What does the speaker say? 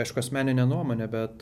aišku asmeninė nuomonė bet